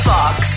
Fox